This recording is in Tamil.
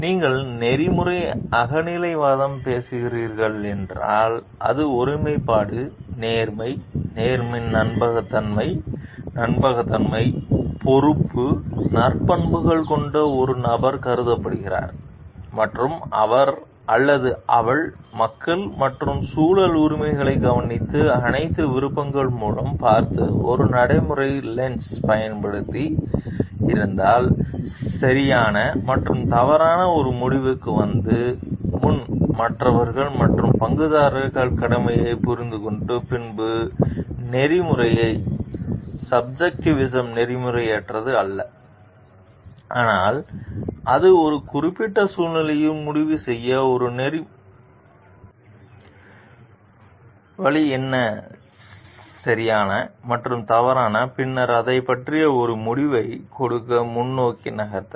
நீங்கள் நெறிமுறை அகநிலைவாதம் பேசுகிறீர்கள் என்றால் அது ஒருமைப்பாடு நேர்மை நேர்மை நம்பகத்தன்மை நம்பகத்தன்மை பொறுப்பு நற்பண்புகள் கொண்ட ஒரு நபர் கருதப்படுகிறது மற்றும் அவர் அல்லது அவள் மக்கள் மற்றும் சூழல் உரிமைகளை கவனித்து அனைத்து விருப்பங்கள் மூலம் பார்த்து ஒரு நடைமுறை லென்ஸ் பயன்படுத்தி இருந்தால் சரியான மற்றும் தவறான ஒரு முடிவுக்கு வந்து முன் மற்றவர்கள் மற்றும் பங்குதாரர்கள் கடமைகளை புரிந்து பின்னர் நெறிமுறை subjectivism நெறிமுறையற்ற அல்ல ஆனால் அது ஒரு குறிப்பிட்ட சூழ்நிலையில் முடிவு செய்ய ஒரு நெறிமுறை வழி என்ன சரியான மற்றும் தவறான பின்னர் அதை பற்றி ஒரு முடிவை கொடுக்க முன்னோக்கி நகர்த்த